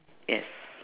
yes